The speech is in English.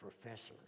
Professor